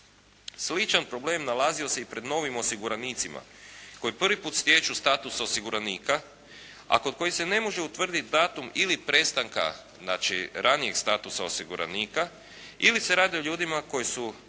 Sličan problem nalazio se i pred novim osiguranicima koji prvi put stječu status osiguranika, a kod kojih se ne može utvrditi datum ili prestanka znači ranijeg statusa osiguranika ili se radi o ljudima koji ili